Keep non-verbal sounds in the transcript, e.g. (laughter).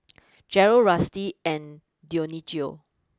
(noise) Jerrel Rusty and Dionicio